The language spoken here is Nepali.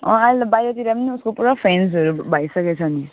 अँ अहिले बाहिरतिर पनि उसको पुरा फेन्सहरू भइसकेछ नि